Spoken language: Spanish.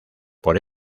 por